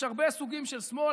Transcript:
יש הרבה סוגים של שמאל,